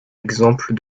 exemple